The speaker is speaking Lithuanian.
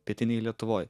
pietinėj lietuvoj